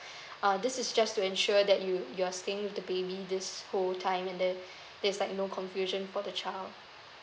uh this is just to ensure that you you're staying with the baby this whole time and then there's like no confusion for the child